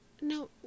No